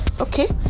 Okay